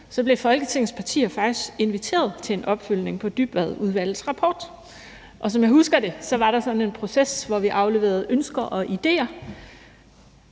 – blev Folketingets partier faktisk inviteret til en opfølgning på Dybvadudvalgets rapport. Som jeg husker det, var der sådan en proces, hvor vi afleverede ønsker og idéer,